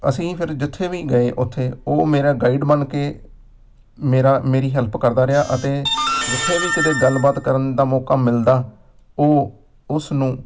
ਅਸੀਂ ਫਿਰ ਜਿੱਥੇ ਵੀ ਗਏ ਉੱਥੇ ਉਹ ਮੇਰਾ ਗਾਈਡ ਬਣ ਕੇ ਮੇਰਾ ਮੇਰੀ ਹੈਲਪ ਕਰਦਾ ਰਿਹਾ ਅਤੇ ਜਿੱਥੇ ਵੀ ਕਿਤੇ ਗੱਲਬਾਤ ਕਰਨ ਦਾ ਮੌਕਾ ਮਿਲਦਾ ਉਹ ਉਸ ਨੂੰ